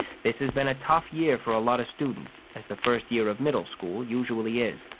this has been a tough year for a lot of students, as the first year of middle school usually is.